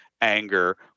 anger